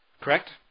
Correct